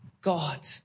God